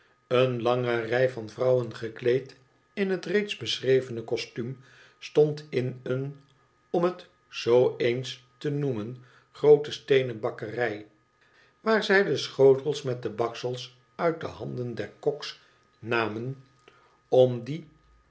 een lange rij van vrouwen gekleed in het reeds beschrevene kostuum stond in een om het zoo eens te noemen groote steenen bakkerij waar zij de schotels met de baksels uit de handen der koks namen om die